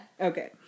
Okay